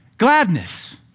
Gladness